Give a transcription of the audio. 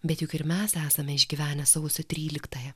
bet juk ir mes esame išgyvenę sausio tryliktąją